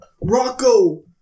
Rocco